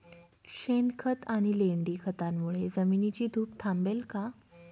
शेणखत आणि लेंडी खतांमुळे जमिनीची धूप थांबेल का?